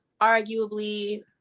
arguably